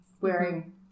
wearing